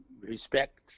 respect